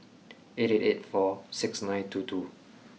eight eight eight four six nine two two